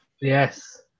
Yes